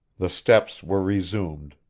the steps were resumed,